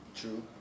True